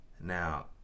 Now